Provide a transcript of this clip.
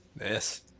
Yes